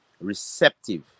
receptive